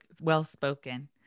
well-spoken